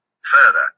further